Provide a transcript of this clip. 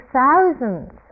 thousands